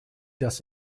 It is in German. das